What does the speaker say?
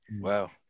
wow